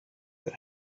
that